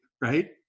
Right